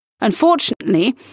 Unfortunately